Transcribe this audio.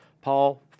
Paul